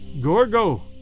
Gorgo